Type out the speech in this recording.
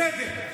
בסדר.